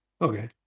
Okay